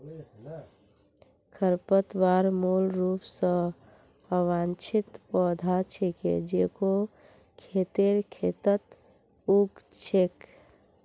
खरपतवार मूल रूप स अवांछित पौधा छिके जेको खेतेर खेतत उग छेक